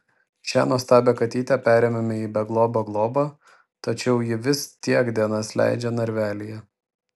šią nuostabią katytę perėmėme į beglobio globą tačiau ji vis tiek dienas leidžia narvelyje